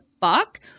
fuck